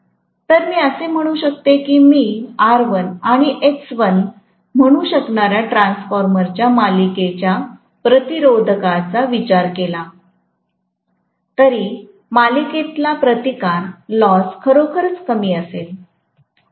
तर मी म्हणू शकते की मी R1 आणि X1 म्हणू शकणार्या ट्रान्सफॉर्मरच्या मालिकेच्या प्रतिरोधाचा विचार केलातरी मालिकेतला प्रतिकार लॉस खरोखरच कमी असेल